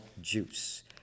juice